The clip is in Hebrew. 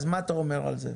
מה אתה אומר על זה?